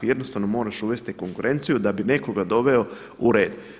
Jednostavno moraš uvesti konkurenciju da bi nekoga doveo u red.